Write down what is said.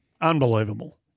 Unbelievable